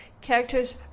characters